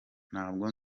ntabwo